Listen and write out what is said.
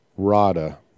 RADA